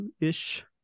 ish